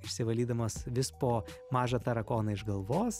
išsivalydamas vis po mažą tarakoną iš galvos